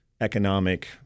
economic